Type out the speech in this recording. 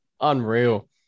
unreal